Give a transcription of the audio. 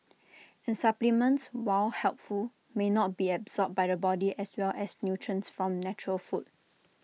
and supplements while helpful may not be absorbed by the body as well as nutrients from natural food